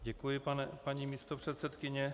Děkuji, paní místopředsedkyně.